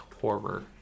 horror